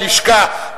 הלשכה,